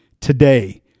Today